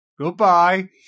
Goodbye